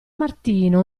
martino